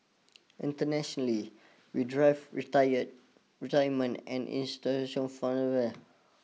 internationally with drive retired retirement and institutions and